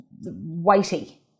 weighty